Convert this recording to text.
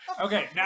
Okay